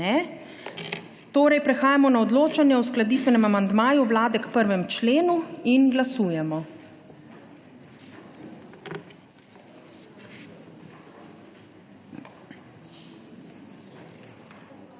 Torej prehajamo na odločanje o uskladitvenem amandmaju Vlade k 1. členu. Glasujemo.